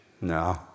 No